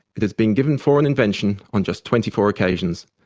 it has been given for an invention on just twenty four occasions.